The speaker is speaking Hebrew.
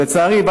לצערי,